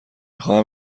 خواهم